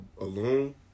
alone